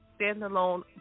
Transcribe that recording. standalone